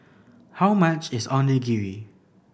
how much is Onigiri